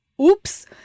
oops